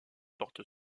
porte